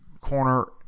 corner